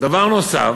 דבר נוסף,